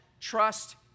trust